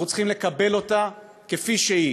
אנחנו צריכים לקבל אותה כפי שהיא,